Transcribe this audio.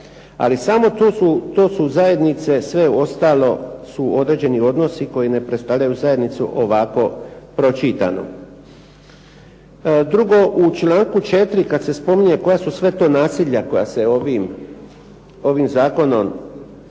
Samo to su zajednice sve ostalo su određeni odnosi koji ne predstavljaju zajednicu ovako pročitanu. Drugo u članku 4. kada se spominje koja su sve to nasilja koja se ovim zakonom